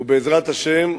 ובעזרת השם,